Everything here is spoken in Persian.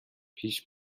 پیش